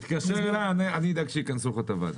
תתקשר אלי, אני אדאג שייכנסו לך את הוועדה.